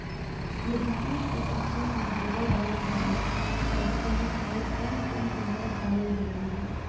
यदि एक एकर खेत मे गोबर डालत बानी तब ओमे आउर् कौन कौन उर्वरक डालल जरूरी बा?